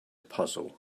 puzzle